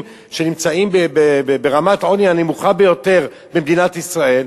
שנמצאים ברמת עוני הנמוכה ביותר במדינת ישראל,